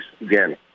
again